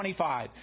25